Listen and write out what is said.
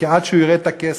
כי עד שהוא יראה את הכסף,